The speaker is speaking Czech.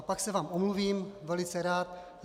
Pak se vám omluvím velice rád.